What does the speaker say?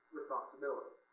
responsibility